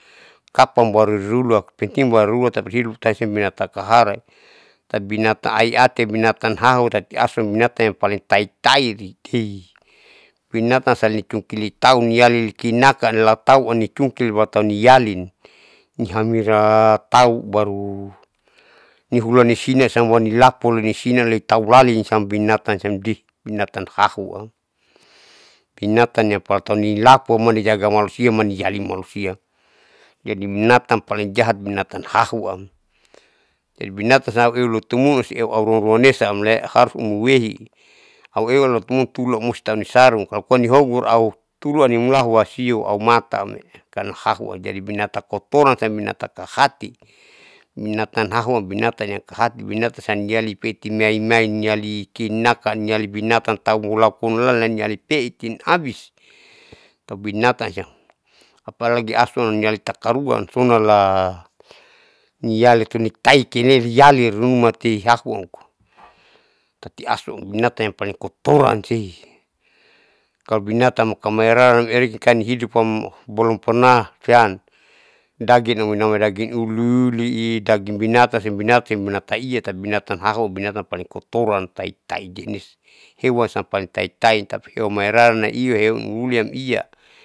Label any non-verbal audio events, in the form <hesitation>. Kapan barurilua penting baru hulattapa hidupsiem takaharali tati binatang aiati binatang. hahu tati asu binatanam siam paling taitairi binatang nicungkii tauniali kinaka lataunicungkil baru tauniali nihamira tahu baru nihulanisinanam hulanilapu nisina tahu hulalisam binatan siam di binatan hahunam, binatan yangtaunilapu nijaga malusia mani alin manusia, jadi binatang paling jahat binatan hahuam laeu binatanam eulotomun eau ruaruanesale harus uamweli auewa lotomun sulaelan musti aunisarun pokonya nihogor auturun nimulahu asihu nimataamebinatan hahu, jadi binatan tapopona siem binatan kahati binatan hahunam binatan yang kahati binatan siam iyali ipeti maimaini niali kinaka niali binatan tauhulapunlalin niali peetin abisi tobinanatan siam, apalagi asunam nialai takaruan sonala nialitu nikaiti riali numatihahunam koa <hesitation> tati asuam binatan yang paling kotoran ti kalo binatan amoiraran erikamhidupkam balompernah sian daging nama daging uliuli daging binatan siem binatan siem taiata binatan hahu binatan ampalingkotoran taitaini hewan siammpaling taitai eumairaran nituem uliulisiam iya.